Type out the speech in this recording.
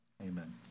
Amen